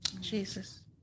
Jesus